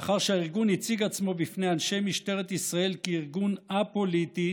לאחר שהארגון הציג עצמו בפני אנשי משטרת ישראל כארגון א-פוליטי